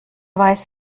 weiß